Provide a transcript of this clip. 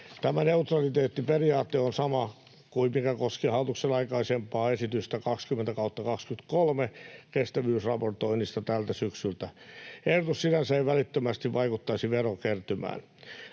Tämä neutraliteettiperiaate on sama kuin mikä koskee hallituksen aikaisempaa esitystä 20/23 kestävyysraportoinnista tältä syksyltä. Ehdotus sinänsä ei välittömästi vaikuttaisi verokertymään.